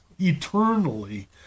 eternally